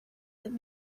that